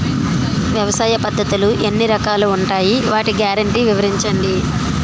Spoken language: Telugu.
వ్యవసాయ పద్ధతులు ఎన్ని రకాలు ఉంటాయి? వాటి గ్యారంటీ వివరించండి?